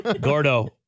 Gordo